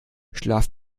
schlaf